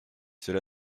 cela